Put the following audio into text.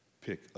Pick